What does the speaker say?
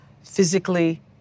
physically